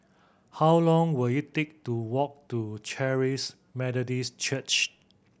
how long will it take to walk to Charis Methodist Church